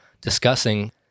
discussing